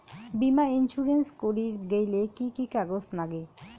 বীমা ইন্সুরেন্স করির গেইলে কি কি কাগজ নাগে?